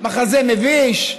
מחזה מביש?